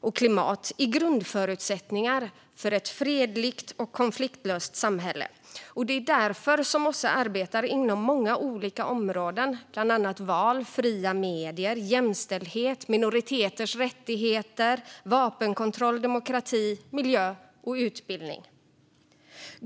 och klimat är grundförutsättningar för ett fredligt och konfliktlöst samhälle. Det är därför som OSSE arbetar inom många olika områden, bland annat val, fria medier, jämställdhet, minoriteters rättigheter, vapenkontroll, demokrati, miljö och utbildning.